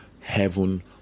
heaven